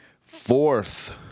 Fourth